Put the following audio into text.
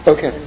Okay